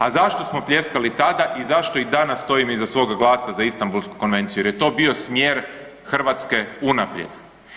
A zašto smo pljeskali tada i zašto i danas stojim iza svoga glasa za Istambulsku konvenciju jer je to bio smjer Hrvatske unaprijed.